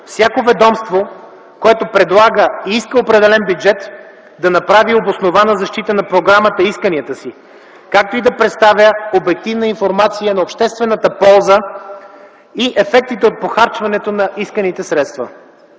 всяко ведомство, когато предлага и иска определен бюджет, да направи обоснована защита на програмата и исканията си, както и да представя обективна информация за обществената полза и ефектите от похарчването на исканите средства.